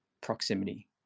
proximity